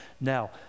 Now